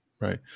right